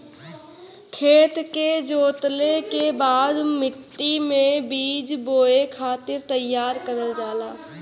खेत के जोतले के बाद मट्टी मे बीज बोए खातिर तईयार करल जाला